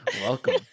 Welcome